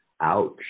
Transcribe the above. Ouch